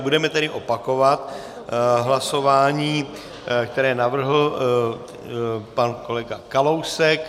Budeme tedy opakovat hlasování, které navrhl pan kolega Kalousek.